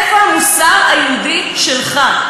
איפה המוסר היהודי שלך?